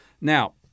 Now